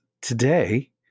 today